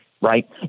Right